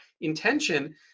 intention